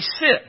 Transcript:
sit